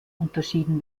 unterschieden